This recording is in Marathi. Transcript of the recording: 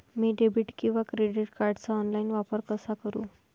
मी डेबिट किंवा क्रेडिट कार्डचा ऑनलाइन वापर कसा करु?